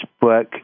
book